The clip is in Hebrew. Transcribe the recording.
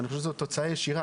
אבל אני חושב שזו תוצאה ישירה.